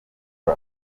fla